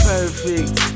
Perfect